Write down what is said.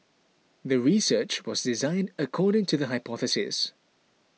the research was designed according to the hypothesis